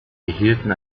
erhielten